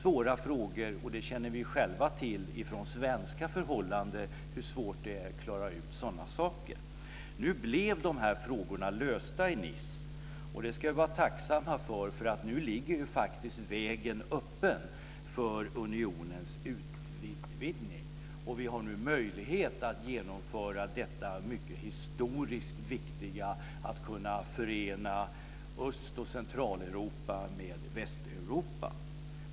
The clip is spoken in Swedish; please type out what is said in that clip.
Vi känner själva från svenska förhållanden till hur svårt det är att klara ut sådana saker. Nu blev de här frågorna lösta i Nice, och det ska vi vara tacksamma för. Nu ligger faktiskt vägen öppen för unionens utvidgning, och vi har möjlighet att genomföra den historiskt viktiga uppgiften att förena Öst och Centraleuropa med Västeuropa.